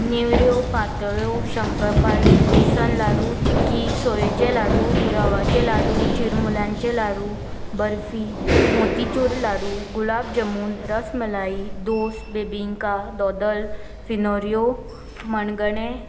नेवऱ्यो पातोळ्यो शंकरपाळी बेसन लाडू चिकी सोयेचे लाडू रवयाचे लाडू चिरमुलयांचे लाडू बर्फी मोतीचूर लाडू गुलाब जामून रसमलाई दोस बिबिंका दोदल फेणोऱ्यो मणगणें